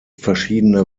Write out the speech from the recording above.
verschiedene